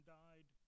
died